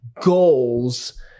goals